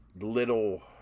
little